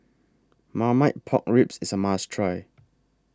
Marmite Pork Ribs IS A must Try